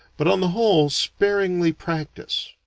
but on the whole sparingly practise.